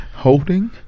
holding